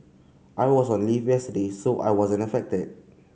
I was on leave yesterday so I wasn't affected